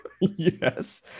Yes